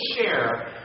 share